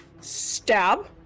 stab